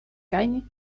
gain